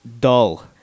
dull